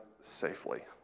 safely